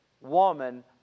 woman